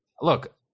Look